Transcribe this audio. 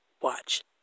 Watch